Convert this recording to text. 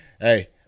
Hey